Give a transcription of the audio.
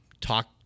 talk